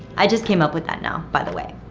i just came up with that now, by the way.